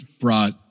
brought